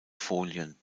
folien